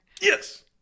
Yes